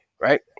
right